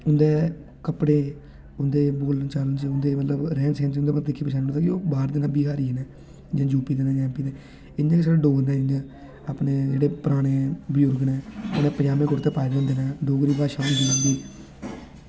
उंदे कपड़े उंदे बोलन चालन च उंदे रैह्न सैह्न च दिक्खी मतलब ओह् बाहर दे बंदे बिहारी न जियां यूपी दे जां एमपी दे इंया साढ़े डोगरें दे अपने जेह्ड़े पराने बजुर्ग न उनें पजामें कुरते पाए दे होंदे डोगरी भाशा होंदी उंदी